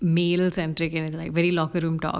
mills and like very locker room talk